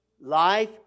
life